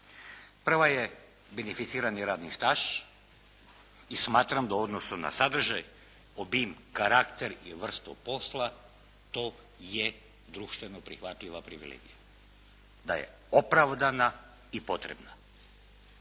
Prva je beneficirani radni staž i smatram da u odnosu na sadržaj, obim, karakter i vrstu posla to je društveno prihvatljiva privilegija, da je opravdana i potrebna.